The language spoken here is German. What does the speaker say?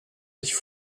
sich